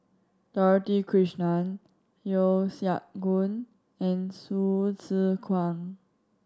Dorothy Krishnan Yeo Siak Goon and Hsu Tse Kwang